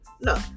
No